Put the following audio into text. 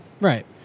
Right